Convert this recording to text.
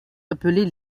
appelés